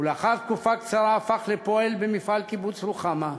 ולאחר תקופה קצרה הפך לפועל במפעל קיבוץ רוחמה.